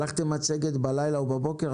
שלחתם מצגת בלילה או בבוקר.